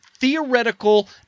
theoretical